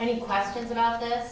any questions about th